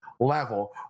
level